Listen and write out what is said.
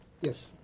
Yes